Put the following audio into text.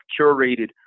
curated